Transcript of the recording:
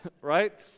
right